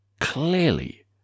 clearly